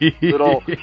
little